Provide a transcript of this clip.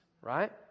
right